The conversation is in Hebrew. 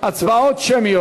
הצבעות שמיות.